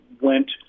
went